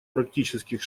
практических